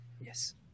Yes